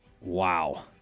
Wow